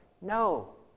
No